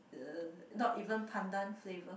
uh not even Pandan flavour